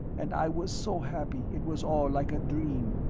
and i was so happy it was all like a dream.